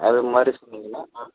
அது மாதிரி சொன்னீங்கன்னா நான்